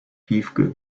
piefke